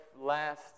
last